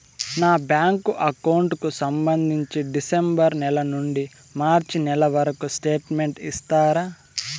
నా bank account కు సంబంధించి డిసెంబరు నెల నుండి మార్చి నెలవరకు స్టేట్మెంట్ ఇస్తారా?